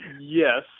Yes